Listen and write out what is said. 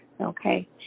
okay